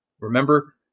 remember